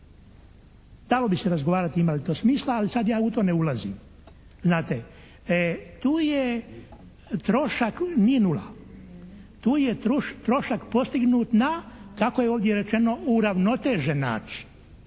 Dalo bi se razgovarati ima li to smisla, ali sad ja u to ne ulazim. Znate tu je trošak, nije nula. Tu je trošak postignut na, kako je ovdje rečeno uravnotežen način.